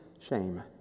shame